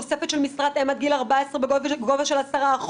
תוספת של משרת אם עד גיל 14 בגובה של 10%,